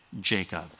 Jacob